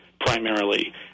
primarily